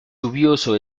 lluvioso